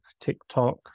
TikTok